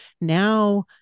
now